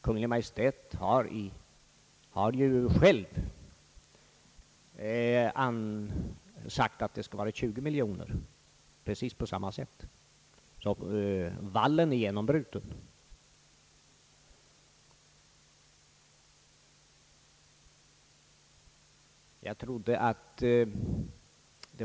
Kungl. Maj:t har ju själv begärt 20 miljoner för precis samma ändamål.